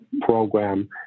program